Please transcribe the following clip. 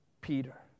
Peter